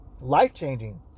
Life-changing